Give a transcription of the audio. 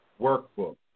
workbook